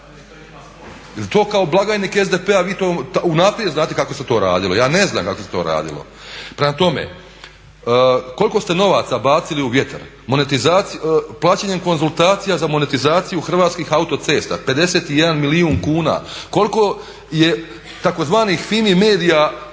to kao blagajnik SDP-a vi to unaprijed znate kako se to radilo? Ja ne znam kako se to radilo. Prema tome, koliko ste novaca bacili u vjetar plaćanjem konzultacija za monetizaciju Hrvatskih autocesta, 51 milijun kuna? Koliko je tzv. FIMI MEDIA